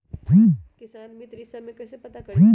किसान मित्र ई सब मे कईसे पता करी?